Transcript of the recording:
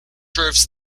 serves